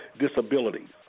disabilities